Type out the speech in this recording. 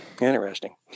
Interesting